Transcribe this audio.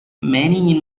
many